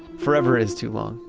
forever is too long.